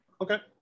Okay